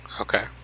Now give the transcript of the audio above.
Okay